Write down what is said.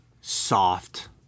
soft